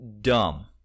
dumb